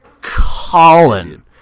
Colin